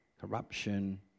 corruption